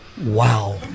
Wow